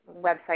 website